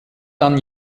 dann